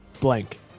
Blank